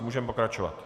Můžeme pokračovat.